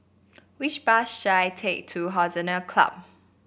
which bus should I take to Hollandse Club